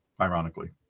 ironically